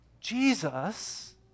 Jesus